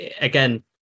again